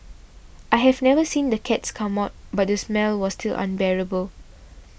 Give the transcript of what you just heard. I have never seen the cats come out but the smell was still unbearable